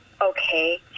okay